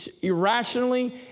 irrationally